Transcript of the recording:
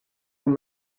vous